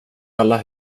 alla